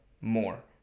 more